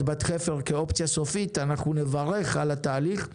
בת חפר כאופציה סופית אנחנו נברך על התהליך.